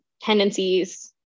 tendencies